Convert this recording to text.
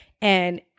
And-